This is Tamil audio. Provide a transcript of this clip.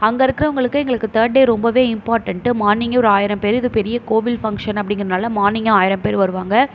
அங்கே இருக்கறவங்களுக்கு எங்களுக்கு தேர்ட் டே ரொம்ப இம்பார்ட்டண்ட்டு மார்னிங்கே ஒரு ஆயிரம் பேர் இது பெரிய கோவில் ஃபங்க்ஷன் அப்டிங்கிறதுனால மார்னிங்கும் ஆயிரம் பேர் வருவாங்க